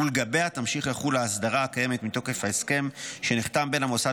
ולגביה תמשיך לחול ההסדרה הקיימת מתוקף ההסכם שנחתם בין המוסד